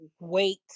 wait